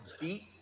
beat